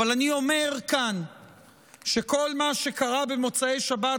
אבל אני אומר כאן שכל מה שקרה במוצאי שבת